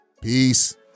Peace